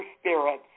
spirits